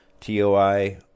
TOI